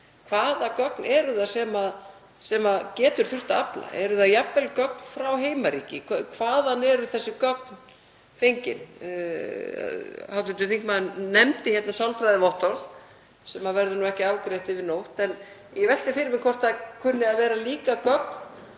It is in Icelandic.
hvaða gögn eru það sem getur þurft að afla? Eru það jafnvel gögn frá heimaríki? Hvaðan eru þessi gögn fengin? Hv. þingmaður nefndi hér sálfræðivottorð, sem verður ekki afgreitt yfir nótt, en ég velti því fyrir mér hvort það kunni að vera líka gögn